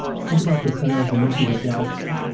think about the center of the milky way galaxy.